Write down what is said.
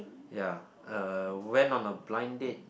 ya uh went on a blind date